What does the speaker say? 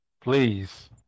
Please